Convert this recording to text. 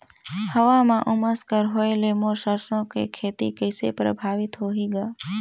हवा म उमस कम होए ले मोर सरसो के खेती कइसे प्रभावित होही ग?